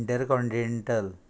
inter continental